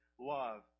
love